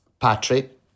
Patrick